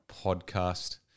Podcast